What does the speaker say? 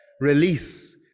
release